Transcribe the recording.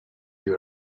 you